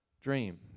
dream